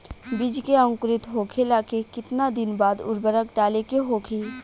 बिज के अंकुरित होखेला के कितना दिन बाद उर्वरक डाले के होखि?